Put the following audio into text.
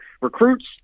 Recruits